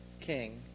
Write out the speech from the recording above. king